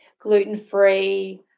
gluten-free